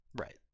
Right